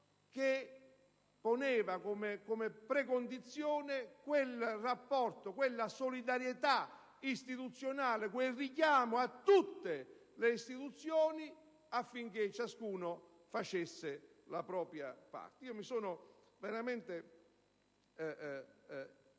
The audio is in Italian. che ponesse come precondizione un richiamo alla solidarietà istituzionale e a tutte le istituzioni affinché ciascuna facesse la propria parte. Io mi sono veramente